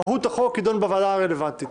מהות החוק תידון בוועדה הרלוונטית.